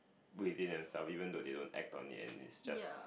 within them self even though they don't act on it and is just